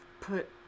put